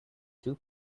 two